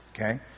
Okay